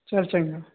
ਚੱਲ ਚੰਗਾ